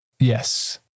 Yes